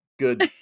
Good